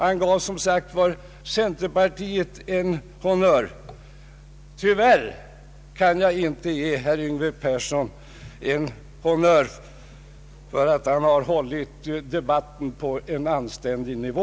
Han gav som sagt centerpartiet en honnör. Tyvärr kan jag inte ge herr Yngve Persson en honnör för att han har hållit debatten på en anständig nivå.